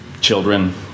children